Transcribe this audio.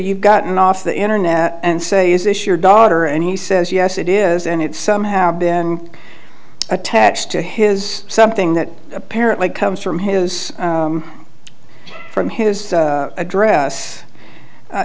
you've gotten off the internet and say is this your daughter and he says yes it is and it's somehow been attached to his something that apparently comes from his from his address